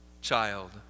child